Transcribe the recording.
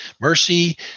Mercy